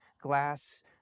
glass